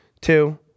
Two